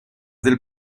del